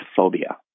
phobia